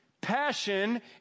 passion